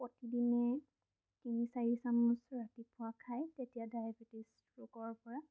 প্ৰতিদিনে তিনি চাৰি চামুচ ৰাতিপুৱা খায় তেতিয়া ডায়েবেটিছ ৰোগৰ পৰা